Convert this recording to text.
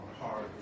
hard